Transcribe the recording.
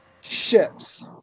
ships